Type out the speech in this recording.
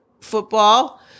football